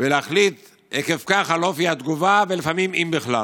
ולהחליט עקב כך על אופי התגובה, ולפעמים אם בכלל.